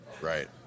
right